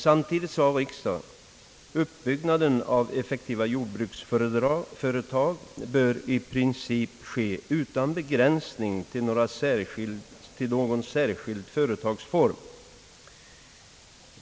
Samtidigt sade riksdagen, att uppbyggnaden av effektiva jordbruksföretag i princip bör ske utan begränsning till någon särskild företagsform.